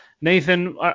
Nathan